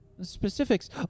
Specifics